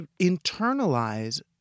internalize